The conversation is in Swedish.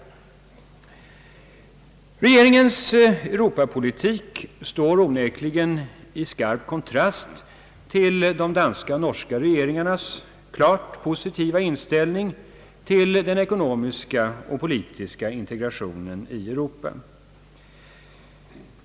Regeringens Europa-politik står onekligen i skarp kontrast till de danska och norska regeringarnas klart positiva inställning till den ekonomiska och politiska integrationen i Europa.